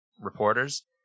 reporters